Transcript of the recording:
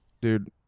dude